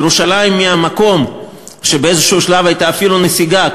ירושלים היא המקום שבאיזה שלב הייתה אפילו נסיגה,